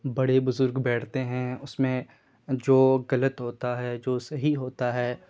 بڑے بزرگ بیٹھتے ہیں اس میں جو غلط ہوتا ہے جو صحیح ہوتا ہے